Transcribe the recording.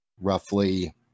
roughly